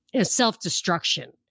self-destruction